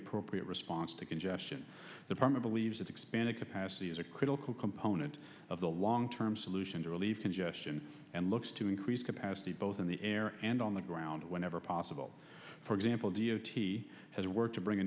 appropriate response to congestion the perma believes that expanding capacity is a critical component of the long term solution to relieve congestion and looks to increase capacity both in the air and on the ground whenever possible for example d o t has worked to bring a